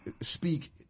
Speak